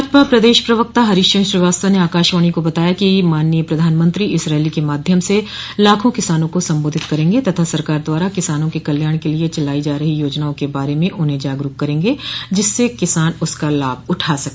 भाजपा प्रदेश प्रवक्ता हरीश चन्द्र श्रीवास्तव ने आकाशवाणी को बताया कि माननीय प्रधानमंत्री इस रैली को माध्यम से लाखों किसानो को संबोधित करेंगे तथा सरकार द्वारा किसानों के कल्याण के लिए चलाई जा रही योजनाओं के बारे में उन्हें जागरूक करेंगे जिससे किसान उसका लाभ उठा सके